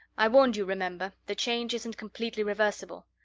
i warned you, remember the change isn't completely reversible.